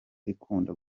ikunda